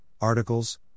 articles